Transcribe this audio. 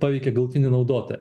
paveikė galutinį naudotoją